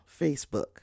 Facebook